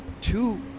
two